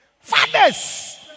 fathers